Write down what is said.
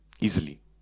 easily